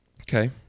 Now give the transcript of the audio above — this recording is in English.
Okay